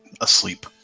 asleep